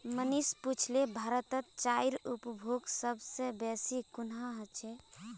मनीष पुछले भारतत चाईर उपभोग सब स बेसी कुहां ह छेक